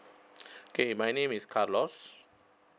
K my name is carlos